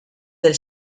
del